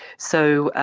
so,